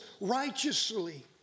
righteously